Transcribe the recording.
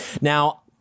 Now